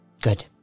Good